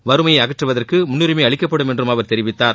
வறுமையை அகற்றுவதற்கு முன்னுரிமை அளிக்கப்படும் என்றும் அவர் தெரிவித்தார்